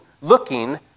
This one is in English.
looking